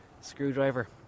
Screwdriver